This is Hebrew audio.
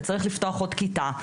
וצריך לפתוח עוד כיתה,